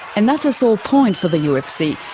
and that's a sore point for the ufc,